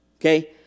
Okay